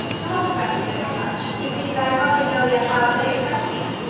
it won't affect me very much. indeed, i hardly know yet how it may affect me.